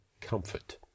comfort